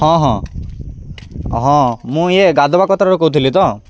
ହଁ ହଁ ହଁ ମୁଁ ଇଏ ଗାଧୁବା କତରାରୁ କହୁଥିଲି ତ